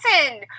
listen